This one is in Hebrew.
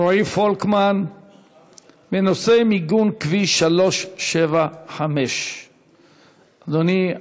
רועי פולקמן בנושא: מיגון כביש 375. אדוני,